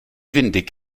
windig